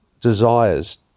desires